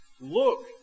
Look